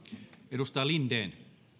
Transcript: edustaja linden